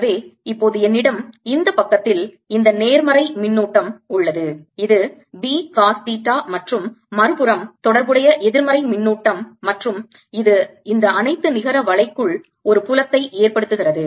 எனவே இப்போது என்னிடம் இந்த பக்கத்தில் இந்த நேர்மறை மின்னூட்டம் உள்ளது இது பி cos தீட்டா மற்றும் மறுபுறம் தொடர்புடைய எதிர்மறை மின்னூட்டம் மற்றும் இது இந்த அனைத்து நிகர வலைக்குள் ஒரு புலத்தை ஏற்படுத்துகிறது